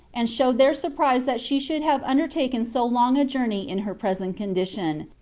and showed their surprise that she should have undertaken so long a journey in her present condition,